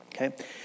okay